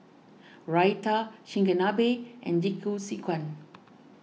Raita Chigenabe and Jingisukan